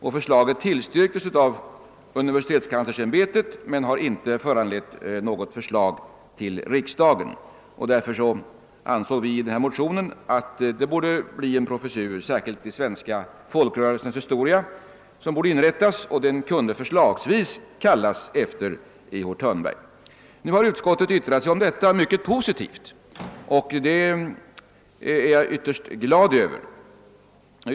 Framställningen har tillstyrkts av universitetskanslersämbetet men har inte föranlett något förslag till riksdagen. Därför föreslog vi i motionen att det skulle inrättas en professur särskilt i de svenska folkrörelsernas historia, vilken förslagsvis kunde uppkallas efter E. H. Thörnberg. Nu har utskottet uttalat sig mycket positivt om motionen, och det är jag ytterst glad över.